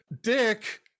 Dick